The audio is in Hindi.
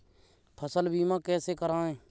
फसल बीमा कैसे कराएँ?